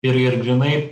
ir ir grynai